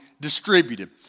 distributed